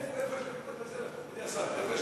איפה, איפה יש